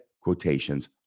quotations